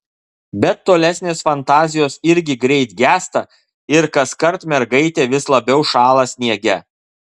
bet tolesnės fantazijos irgi greit gęsta ir kaskart mergaitė vis labiau šąla sniege